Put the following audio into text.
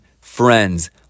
friends